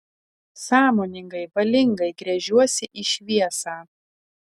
sąmoningai valingai gręžiuosi į šviesą